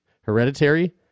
Hereditary